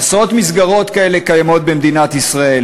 עשרות מסגרות כאלה קיימות במדינת ישראל,